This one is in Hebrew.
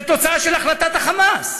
זה תוצאה של החלטת ה"חמאס".